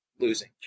losing